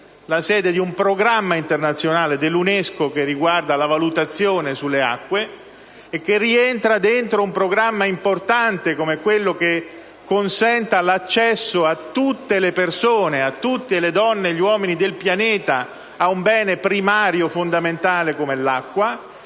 la sede di un Programma internazionale dell'UNESCO in ordine alla valutazione sulle acque, che rientra in un programma rilevante come quello che consente l'accesso a tutte le persone, a tutte le donne e gli uomini del pianeta, a un bene primario e fondamentale come l'acqua,